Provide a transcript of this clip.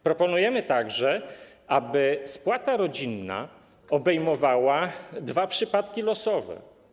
Proponujemy także, aby spłata rodzinna obejmowała dwa przypadki losowe.